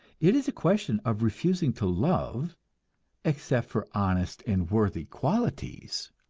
it is a question of refusing to love except for honest and worthy qualities.